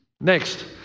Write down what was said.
Next